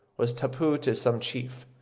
was tapu to some chief.